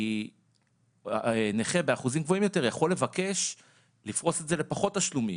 כי נכה באחוזים גבוהים יותר יכול לבקש לפרוס את זה לפחות תשלומים,